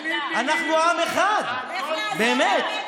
אנחנו עם אחד, באמת.